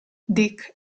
dick